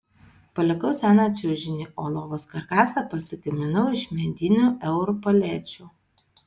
palikau seną čiužinį o lovos karkasą pasigaminau iš medinių eur palečių